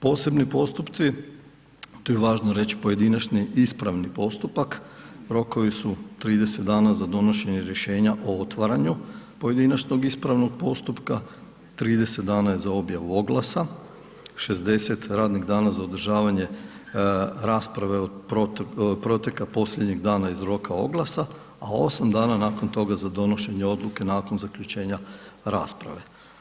Posebni postupci, tu je važno reći pojedinačni ispravni postupak, rokovi su 30 dana za donošenje rješenja o otvaranju pojedinačnog ispravnog postupka, 30 dana je za objavu oglasa, 60 radnih dana za održavanje rasprave od proteka posljednjeg dana iz roka oglasa, a 8 dana nakon toga za donošenje odluke nakon zaključenja rasprave.